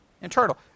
Internal